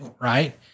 right